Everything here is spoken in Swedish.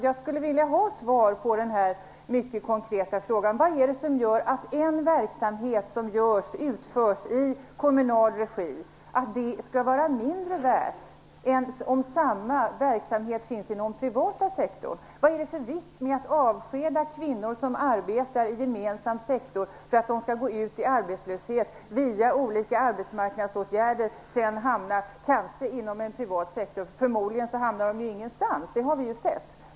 Jag skulle vilja ha ett svar på min mycket konkreta fråga: Vad är det som gör att det skall vara mindre värt om en verksamhet utförs i kommunal regi än om samma verksamhet utförs inom den privata sektorn? Vad är det för vits med att avskeda kvinnor som arbetar i den gemensamma sektorn för att de skall gå ut i arbetslöshet via olika arbetsmarknadsåtgärder och sedan kanske hamna inom den privata sektorn? Förmodligen hamnar de ju ingenstans. Det har vi ju sett.